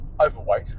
overweight